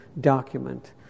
document